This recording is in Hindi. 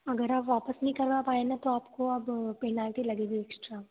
अगर आप वापस नहीं करवा पाए ना तो आपको अब पेनाल्टी लगेगी एक्स्ट्रा